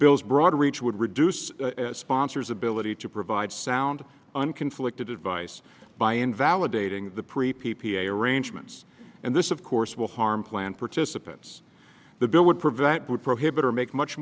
bill's broad reach would reduce sponsor's ability to provide sound on conflicted advice by invalidating the pre p p a arrangements and this of course will harm plan participants the bill would prevent would prohibit or make much